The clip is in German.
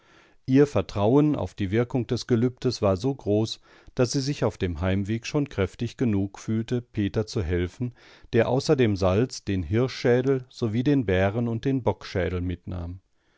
ihr vertrauen auf die wirkung des gelübdes war so groß daß sie sich auf dem heimweg schon kräftig genug fühlte peter zu helfen der außer dem salz den hirschschädel sowie den bären und den bockschädel mitnahm